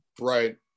Right